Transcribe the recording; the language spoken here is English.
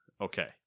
Okay